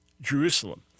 Jerusalem